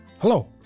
Hello